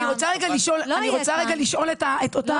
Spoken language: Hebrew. אני רוצה לשאול את הנציגה,